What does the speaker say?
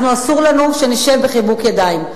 אנחנו, אסור לנו לשבת בחיבוק ידיים.